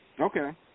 Okay